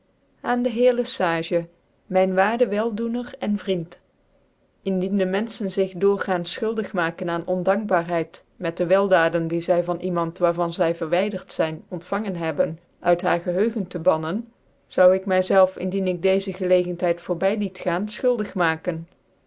aan dc heer le sage myn waarde wcldocndcr cn vriend indien de menfehen zig doorgaans fchuldig maken aan ondankbaarheid met de weldaden die zy van iemand waar van zy verwydert zyn ontfangen hebben uit haar geheugen tc ban nen zoude ik my zclrcn indien ik deeze gclcgcnthcid voorby liet gaan fchuldig mnken